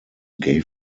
gay